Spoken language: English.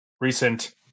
recent